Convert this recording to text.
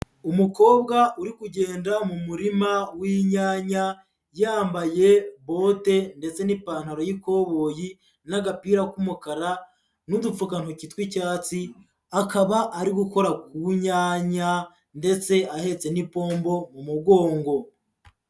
Umukobwa uri kugenda mu murima w'inyanya yambaye bote ndetse n'ipantaro y'ikoboyi n'agapira k'umukara n'udupfukantoki tw'icyatsi, akaba ari gukora ku nyanya ndetse ahetse n'ipombo mu mugongo.